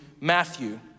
Matthew